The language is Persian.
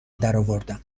درآوردم